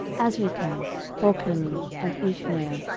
azrikam, bocheru, and ishmael,